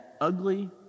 Ugly